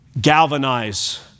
galvanize